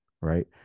right